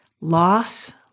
loss